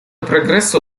прогрессу